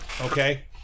okay